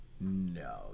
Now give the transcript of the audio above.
No